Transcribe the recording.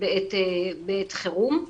בעת חירום.